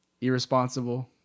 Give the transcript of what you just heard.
irresponsible